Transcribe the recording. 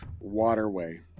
waterway